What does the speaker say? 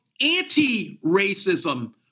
anti-racism